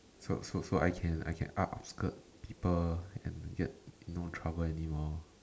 so so so I can I can up skirt people and get no trouble anymore